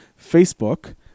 Facebook